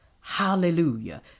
Hallelujah